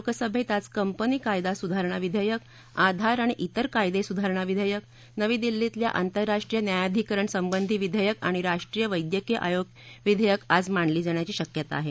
लोकसभेत आज कंपनी कायदा सुधारणा विधेयक आधार आणि इतर कायदे सुधारणा विधेयक नवी दिल्लीतल्या आंतराष्ट्रीय न्यायाधिकरण संबंधी विधेयक आणि राष्ट्रीय वैद्यकीय आयोग विधेयक आज मांडली जाण्याची शक्यता आहे